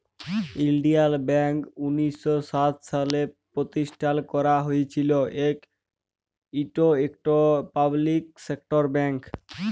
ইলডিয়াল ব্যাংক উনিশ শ সাত সালে পরতিষ্ঠাল ক্যারা হঁইয়েছিল, ইট ইকট পাবলিক সেক্টর ব্যাংক